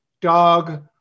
dog